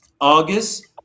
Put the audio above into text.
August